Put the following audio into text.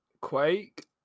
Quake